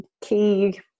key